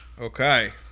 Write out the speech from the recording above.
okay